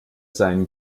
seinen